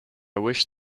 wish